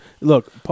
Look